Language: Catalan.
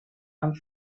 amb